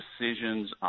decisions